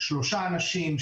שלושה אנשים,